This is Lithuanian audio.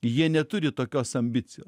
jie neturi tokios ambicijos